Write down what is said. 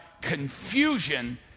confusion